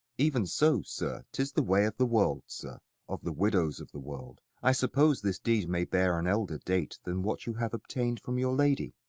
even so, sir tis the way of the world, sir of the widows of the world. i suppose this deed may bear an elder date than what you have obtained from your lady.